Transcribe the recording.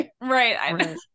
right